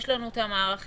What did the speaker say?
יש לנו את המערכים.